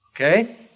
Okay